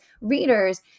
readers